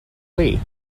lee